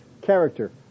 character